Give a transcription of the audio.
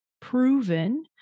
proven